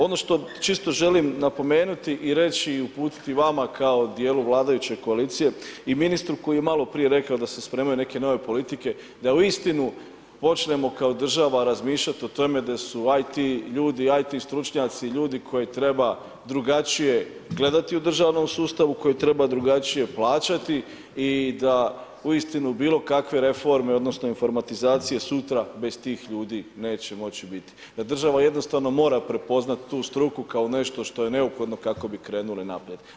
Ono što čisto želim napomenuti i reći i uputiti vama kao dijelu vladajuće koalicije i ministru koji je malo prije rekao da se spremaju neke nove politike, da uistinu počnemo kao država razmišljati o tome da su IT ljudi i IT stručnjaci ljudi koje treba drugačije gledati u državnom sustavu, koje treba drugačije plaćati i da uistinu bilo kakve reforme odnosno informatizacije sutra bez tih ljudi neće moći biti, da država mora jednostavno prepoznati tu struku kao nešto što je neophodno kako bi krenuli naprijed.